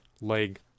leg